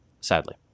sadly